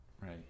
Right